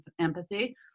empathy